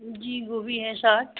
जी गोभी है साठ